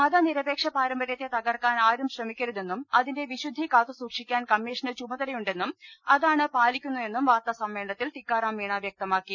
മതനിരപേക്ഷ പാരമ്പര്യത്തെ തകർക്കാൻ ആരും ശ്രമിക്കരു തെന്നും അതിന്റെ വിശുദ്ധി കാത്തു സൂക്ഷിക്കാൻ കമ്മീഷന് ചുമ തലയുണ്ടെന്നും അതാണ് പാലിക്കുന്നതെന്നും വാർത്താസമ്മേള നത്തിൽ ടിക്കാറാം മീണ വ്യക്തമാക്കി